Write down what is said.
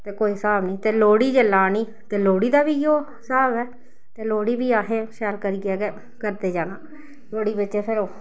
ते कोई स्हाब निं ते लोह्ड़ी जेल्लै औनी ते लोह्ड़ी दा बी इ'यो स्हाब ऐ ते लोह्ड़ी बी असें शैल करियै गै करदे जाना लोह्ड़ी बिच्च फिर ओह्